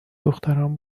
دختران